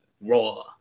Raw